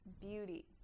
beauty